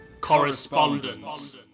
correspondence